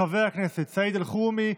חבר כנסת סעיד אלחרומי,